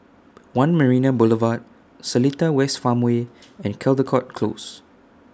one Marina Boulevard Seletar West Farmway and Caldecott Close